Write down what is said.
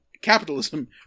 capitalism